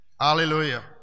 Hallelujah